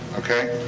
okay?